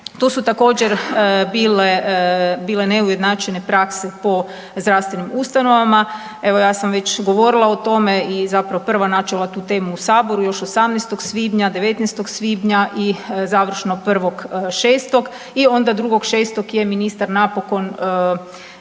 to su također bile neujednačene prakse po zdravstvenim ustanovama. Evo ja sam već govorila o trome i zapravo prva načela tu temu u Saboru još 18. svibnja, 19. svibnja i završno 1.6. i onda 2.6. je ministar napokon